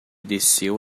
desceu